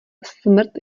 smrt